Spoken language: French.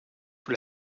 sous